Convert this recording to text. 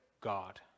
God